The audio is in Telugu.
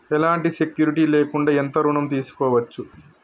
ఎలాంటి సెక్యూరిటీ లేకుండా ఎంత ఋణం తీసుకోవచ్చు?